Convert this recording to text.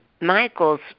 Michael's